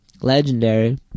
Legendary